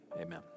amen